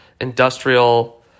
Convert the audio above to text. industrial